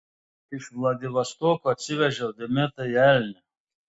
iš vladivostoko atsivežiau dėmėtąjį elnią